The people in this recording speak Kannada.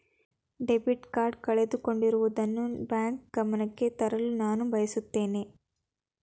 ಡೆಬಿಟ್ ಕಾರ್ಡ್ ಕಳೆದುಕೊಂಡಿರುವುದನ್ನು ಬ್ಯಾಂಕ್ ಗಮನಕ್ಕೆ ತರಲು ನಾನು ಬಯಸುತ್ತೇನೆ